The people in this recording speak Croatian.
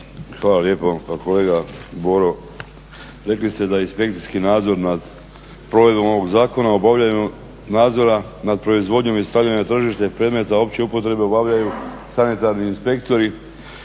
Hvala lijepo. Kolega Boro, rekli ste da inspekcijski nadzor nad provedbom ovog zakona u obavljanju nadzora nad proizvodnjom i stavljanja na tržište predmeta opće upotrebe obavljaju sanitarni inspektori.